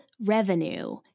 revenue